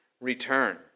return